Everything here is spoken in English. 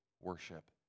worship